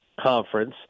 conference